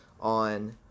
on